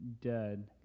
dead